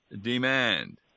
demand